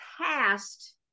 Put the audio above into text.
past